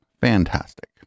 Fantastic